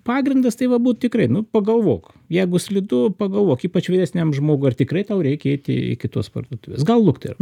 pagrindas tai va būt tikrai nu pagalvok jeigu slidu pagalvok ypač vyresniam žmogui ar tikrai tau reikia eiti iki tos parduotuvės gal lukter